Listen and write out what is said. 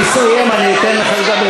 אדוני, הוא יסיים, אני אתן לך לדבר.